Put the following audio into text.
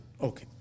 Okay